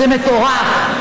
זה מטורף.